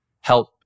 help